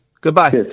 Goodbye